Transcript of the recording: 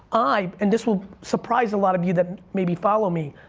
i and this will surprise a lot of you that maybe follow me,